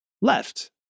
left